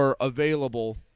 available